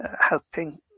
helping